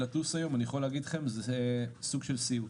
לטוס היום זה סוג של סיוט.